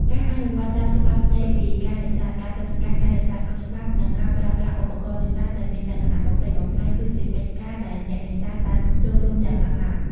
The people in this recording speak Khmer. ការអនុវត្តន៍តាមច្បាប់ស្តីពីការនេសាទ ការទប់ស្កាត់ការនេសាទខុសច្បាប់ និងការប្រើប្រាស់ឧបករណ៍នេសាទដែលមានលក្ខណៈបំផ្លិចបំផ្លាញ គឺជាកិច្ចការដែលអ្នកនេសាទបានចូលរួមយ៉ាងសកម្ម។